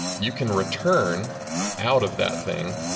you can return out of that thing,